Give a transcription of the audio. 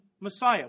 Messiah